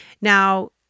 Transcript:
Now